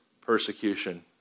persecution